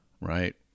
right